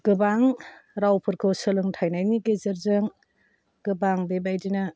गोबां रावफोरखौ सोलोंथाइनि गेजेरजों गोबां बेबायदिनो